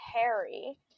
Harry